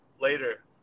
later